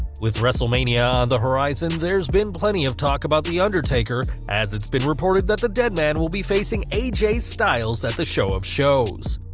with wrestlemania on the horizon, there's been plenty of talks about the undertaker, as it's been reported that the deadman will be facing aj styles at the show of shows.